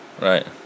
Right